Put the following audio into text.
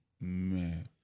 Man